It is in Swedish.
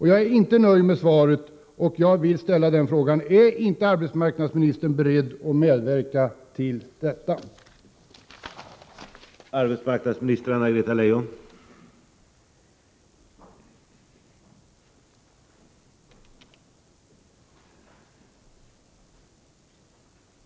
Jag är inte nöjd med svaret, och jag vill fråga: Är inte arbetsmarknadsministern beredd att medverka till att det blir ytterligare ett arbetslag?